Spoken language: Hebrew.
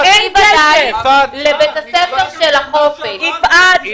לבית הספר של החופש הגדול.